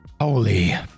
Holy